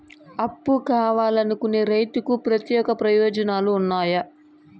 అప్పు కావాలనుకునే రైతులకు ప్రత్యేక ప్రయోజనాలు ఉన్నాయా?